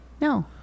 No